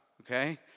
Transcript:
okay